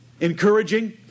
encouraging